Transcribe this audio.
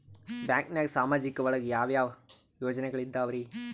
ಬ್ಯಾಂಕ್ನಾಗ ಸಾಮಾಜಿಕ ಒಳಗ ಯಾವ ಯಾವ ಯೋಜನೆಗಳಿದ್ದಾವ್ರಿ?